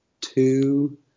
two